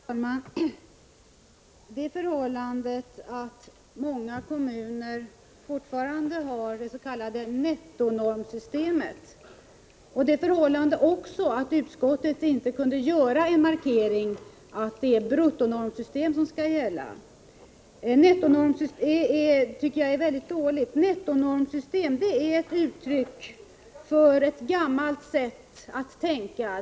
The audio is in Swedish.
Herr talman! Det förhållandet att många kommuner fortfarande har det s.k. nettonormsystemet och det förhållandet att utskottet inte kunde göra en markering av att det är bruttonormsystemet som skall gälla tycker jag är dåligt. Nettonormsystemet är ett uttryck för ett gammalt sätt att tänka.